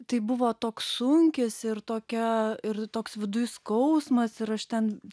tai buvo toks sunkis ir tokia ir toks viduj skausmas ir aš ten